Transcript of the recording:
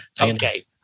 Okay